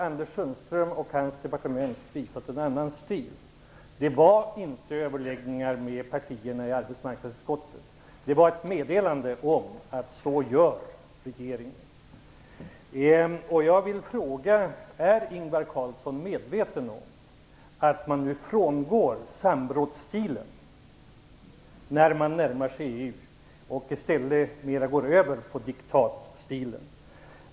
Anders Sundström och hans departement har här visat en annan stil. Det var inga överläggningar mellan partierna i arbetsutskottet. Man meddelade att så här gör regeringen. Jag vill fråga om Ingvar Carlsson är medveten om att man nu frångår samrådsstilen när man närmar sig EU och i stället mer går över mot diktatstilen.